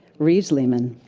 reeves lehmann.